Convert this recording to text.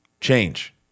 change